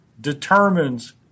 determines